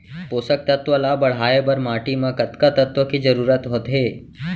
पोसक तत्व ला बढ़ाये बर माटी म कतका तत्व के जरूरत होथे?